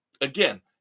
again